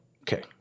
Okay